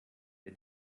der